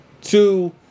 two